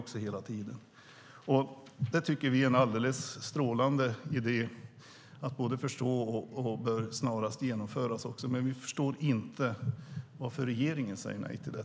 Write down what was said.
Det tycker vi är en alldeles strålande idé som är lätt att förstå och som bör genomföras snarast. Vi förstår inte varför regeringen säger nej till det.